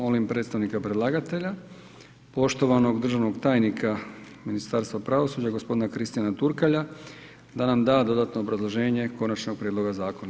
Molim predstavnika predlagatelja, poštovanog državnog tajnika Ministarstva pravosuđa gospodina Kristijana Turkalja da nam da dodatno obrazloženje konačnog prijedloga zakona.